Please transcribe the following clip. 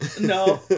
no